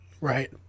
Right